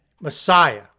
Messiah